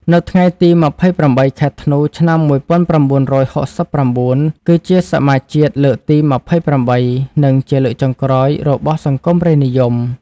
នៅថ្ងៃទី ២៨ ខែធ្នូ ឆ្នាំ ១៩៦៩ គឺជាសមាជជាតិលើកទី ២៨ និងជាលើកចុងក្រោយរបស់សង្គមរាស្ត្រនិយម។